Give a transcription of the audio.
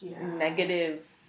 Negative